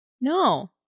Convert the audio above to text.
No